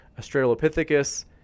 Australopithecus